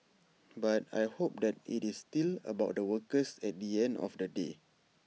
but I hope that IT is still about the workers at the end of the day